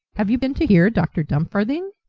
have you been to hear dr. dumfarthing?